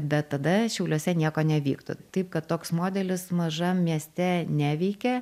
bet tada šiauliuose nieko nevyktų taip kad toks modelis mažam mieste neveikia